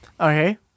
Okay